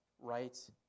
right